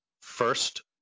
first